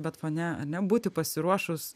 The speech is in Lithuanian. bet fone ar ne būti pasiruošus